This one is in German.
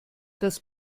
das